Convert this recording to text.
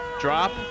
Drop